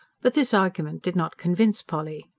but this argument did not convince polly.